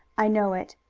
i know it.